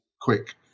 quick